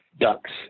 ducks